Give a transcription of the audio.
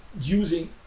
using